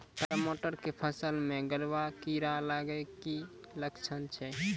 टमाटर के फसल मे गलुआ कीड़ा लगे के की लक्छण छै